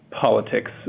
politics